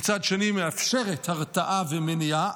מצד שני מאפשרת הרתעה ומניעה,